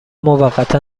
موقتا